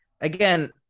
again